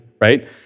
right